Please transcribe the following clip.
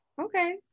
Okay